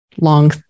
long